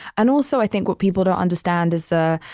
and also, i think what people don't understand is the,